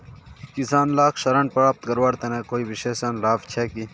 किसान लाक ऋण प्राप्त करवार तने कोई विशेष लाभ छे कि?